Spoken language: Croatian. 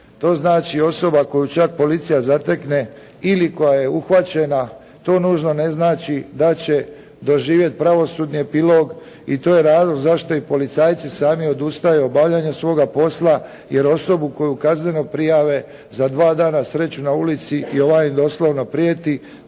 To znači osoba koju čak policija zatekne ili koja je uhvaćena, to nužno ne znači da će doživjeti pravosudni epilog. I to je razlog zašto i policajci sami odustaju u obavljanju svoga posla, jer osobu koju kazneno prijave za dva dana sreću na ulici i ovaj im doslovno prijeti